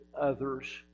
others